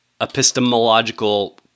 epistemological